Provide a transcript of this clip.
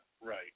Right